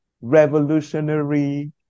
revolutionary